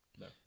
no